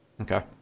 Okay